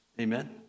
Amen